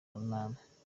urunana